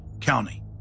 county